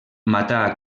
mata